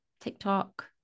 tiktok